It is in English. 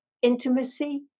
intimacy